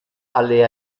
alle